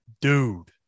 dude